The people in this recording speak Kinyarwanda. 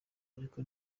ariko